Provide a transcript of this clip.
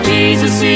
Jesus